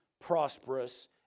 prosperous